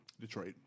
Detroit